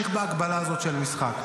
תשחק את המשחק,